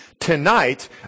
Tonight